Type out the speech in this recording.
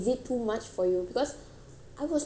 I was teaching non-stop if you saw